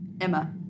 Emma